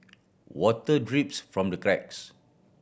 water drips from the cracks